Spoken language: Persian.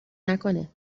نکنه